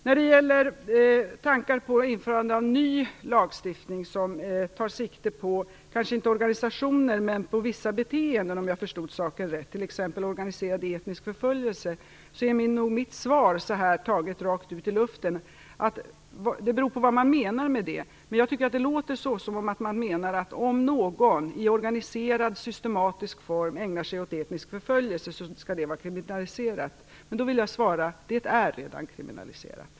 När det gäller tankar på införande av ny lagstiftning som kanske inte tar sikte på organisationer men på vissa beteenden, om jag förstod saken rätt, t.ex. organiserad etnisk förföljelse, är nog mitt svar taget rakt ur luften att det beror på vad man menar med det. Jag tycker att låter som om man menar att det skall vara kriminaliserat om någon i organiserad systematisk form ägnar sig åt etnisk förföljelse. Då vill jag svara att det redan är kriminaliserat.